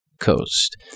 Coast